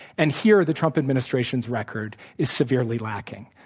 and here, the trump administration's record is severely lacking.